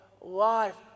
life